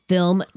Film